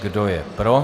Kdo je pro?